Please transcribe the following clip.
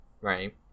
right